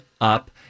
up